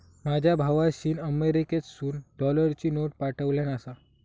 माझ्या भावाशीन अमेरिकेतसून डॉलरची नोट पाठवल्यान आसा